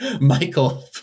Michael